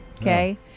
okay